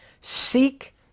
Seek